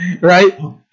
Right